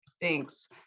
Thanks